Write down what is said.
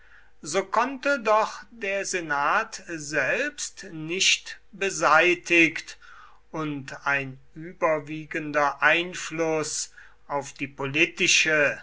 so konnte doch der senat selbst nicht beseitigt und ein überwiegender einfluß auf die politische